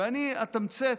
ואני אתמצת,